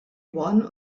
one